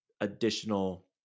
additional